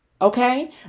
Okay